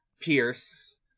Pierce